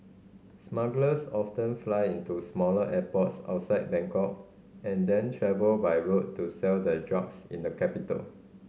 smugglers often fly into smaller airports outside Bangkok and then travel by road to sell their drugs in the capital